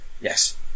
yes